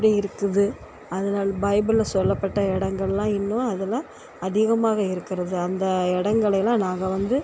இப்படி இருக்குது அதனால் பைபிளில் சொல்லப்பட்ட இடங்கள்லாம் இன்னும் அதெலாம் அதிகமாக இருக்கிறது அந்த இடங்களையெல்லாம் நாங்கள் வந்து